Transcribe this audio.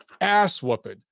ass-whooping